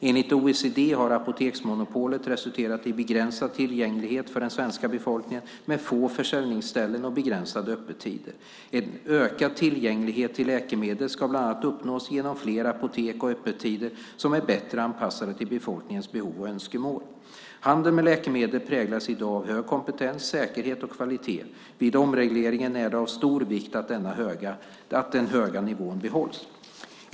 Enligt OECD har apoteksmonopolet resulterat i begränsad tillgänglighet för den svenska befolkningen med få försäljningsställen och begränsade öppettider. En ökad tillgänglighet till läkemedel ska bland annat uppnås genom fler apotek och öppettider som är bättre anpassade till befolkningens behov och önskemål. Handeln med läkemedel präglas i dag av hög kompetens, säkerhet och kvalitet. Vid omregleringen är det av stor vikt att den höga nivån behålls.